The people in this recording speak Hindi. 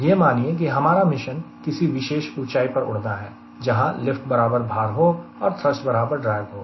यह मानिए कि हमारा मिशन किसी विशेष ऊंचाई पर उड़ना है जहां लिफ्ट बराबर भार हो और थ्रष्ट बराबर ड्रेग हो